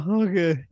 okay